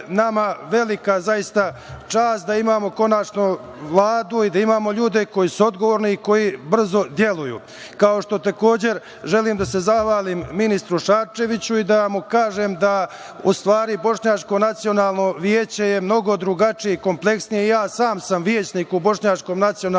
nama velika čast da imamo konačno Vladu i da imamo ljude koji su odgovorni i koji brzo deluju. Kao što takođe želim da se zahvalim ministru Šarčeviću i da mu kažem da u stvari Bošnjačko nacionalno veće je mnogo drugačije i kompleksije i ja sam sam većnik u Bošnjačkom nacionalnom